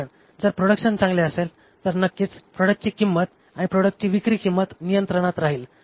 कारण जर प्रोडक्शन चांगले असेल तर नक्कीच प्रोडक्टची किंमत आणि प्रोडक्टची विक्री किंमत नियंत्रणात राहील